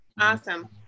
Awesome